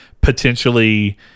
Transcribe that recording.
potentially